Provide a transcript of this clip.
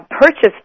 purchased